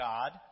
God